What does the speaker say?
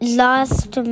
last